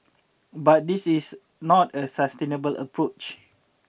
but this is not a sustainable approach